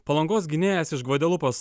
palangos gynėjas iš gvadelupos